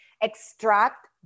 extract